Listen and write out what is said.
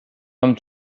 comme